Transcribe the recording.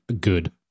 good